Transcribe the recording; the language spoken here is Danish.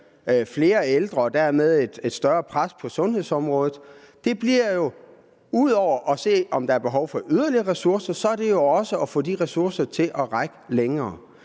flere ældre og dermed et større pres på sundhedsområdet, er, ud over at se, om der er behov for yderligere ressourcer, at få de ressourcer til at række længere.